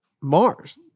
Mars